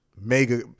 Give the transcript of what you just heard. mega